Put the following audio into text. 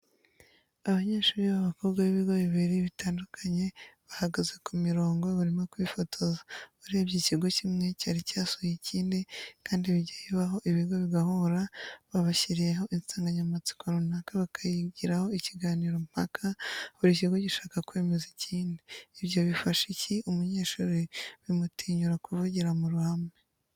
Abanyeshuri babakobwa bibigo bibiri bitandukanye bahagaze kumirongo barimo kwifotoza urebye ikigo kimwe cyari cyasuye ikindi kandi bijya bibaho ibigo bigahura babashyiriyeho insanganya matsiko runaka bakayigiraho ikiganiro mpaka buri kigo gishaka kwemeza ikindi. ibyo bifasha iki umunyeshuri bimutinyura kuvugira muruhame.